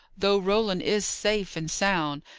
though roland is safe and sound,